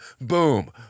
boom